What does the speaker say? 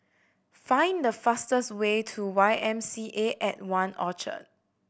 find the fastest way to Y M C A at One Orchard